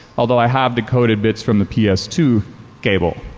although i have decoded bits from the p s two cable.